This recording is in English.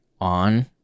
on